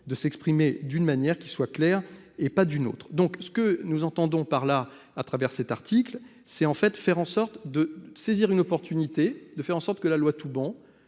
de s'exprimer d'une manière qui soit clair et pas d'une autre, donc ce que nous entendons par là à travers cet article, c'est en fait, faire en sorte de saisir une opportunité de faire en sorte que la loi Toubon